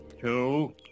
two